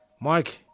Mark